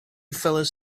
fellas